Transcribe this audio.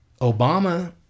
Obama